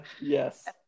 Yes